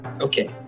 okay